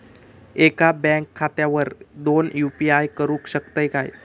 एका बँक खात्यावर दोन यू.पी.आय करुक शकतय काय?